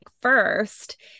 first